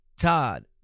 Todd